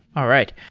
all right.